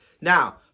Now